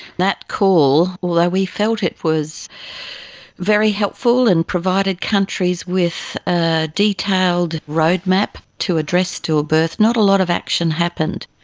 that call, although we felt it was very helpful and provided countries with a detailed road map to address stillbirth, not a lot of action happened.